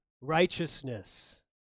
righteousness